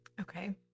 Okay